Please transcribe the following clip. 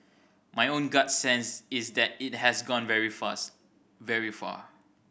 my own gut sense is that it has gone very fast very far